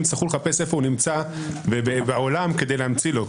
יצטרכו עכשיו לחפש איפה הוא נמצא בעולם כדי להמציא לו.